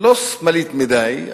לא שמאלית מדי,